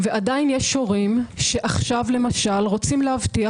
ועדיין יש הורים שעכשיו למשל רוצים להבטיח